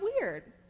weird